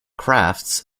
crafts